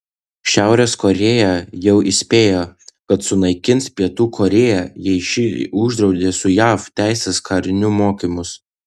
šiaurės korėja jau įspėjo kad sunaikins pietų korėją jei ši drauge su jav tęs karinius mokymus